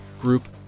group